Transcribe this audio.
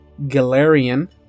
Galarian